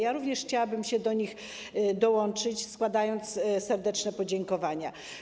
Ja również chciałabym się do nich dołączyć, składając serdeczne podziękowania.